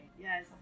Yes